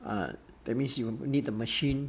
uh that means you need the machine